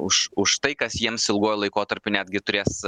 už už tai kas jiems ilguoju laikotarpiu netgi turės